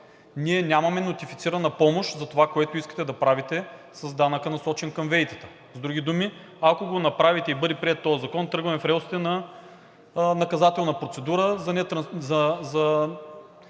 „Ние нямаме нотифицирана помощ за това, което искате да правите с данъка, насочен към ВЕИ-тата.“ С други думи, ако го направите и бъде приет този закон, тръгваме в релсите на наказателна процедура за